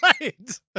Right